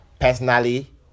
personally